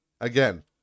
Again